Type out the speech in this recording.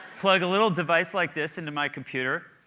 plug a little device like this into my computer,